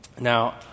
Now